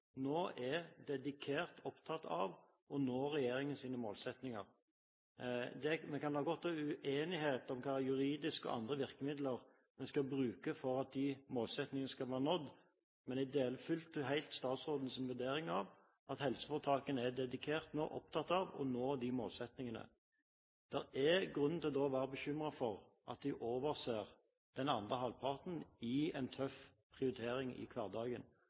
nå er dedikert og opptatt av å nå regjeringens målsettinger. Vi kan godt være uenige om hvilke juridiske og andre virkemidler vi skal bruke for å nå de målsettingene, men jeg deler fullt og helt statsrådens vurdering av at helseforetakene er dedikert og opptatt av å nå disse målsettingene. Det er grunn til da å være bekymret for at de overser den andre halvparten i en tøff prioritering i hverdagen.